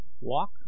Walk